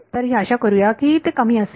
तर ही आशा करूया की ते कमी असेल